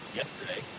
yesterday